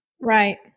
Right